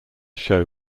show